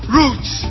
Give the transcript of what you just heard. roots